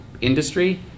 industry